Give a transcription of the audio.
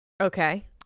Okay